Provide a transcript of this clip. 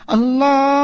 Allah